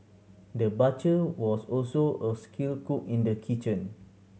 the butcher was also a skilled cook in the kitchen